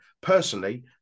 Personally